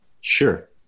Sure